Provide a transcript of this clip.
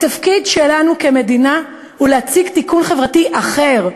התפקיד שלנו כמדינה הוא להציג תיקון חברתי אחר,